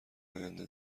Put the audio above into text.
آینده